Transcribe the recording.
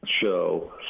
show